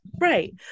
Right